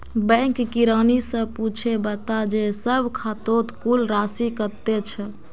bank किरानी स पूछे बता जे सब खातौत कुल राशि कत्ते छ